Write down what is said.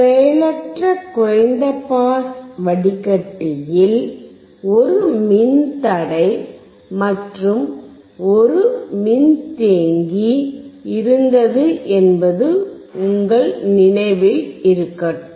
செயலற்ற குறைந்த பாஸ் வடிகட்டியில் ஒரு மின்தடை மற்றும் ஒரு மின்தேக்கி இருந்தது என்பது உங்கள் நினைவில் இருக்கட்டும்